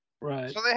Right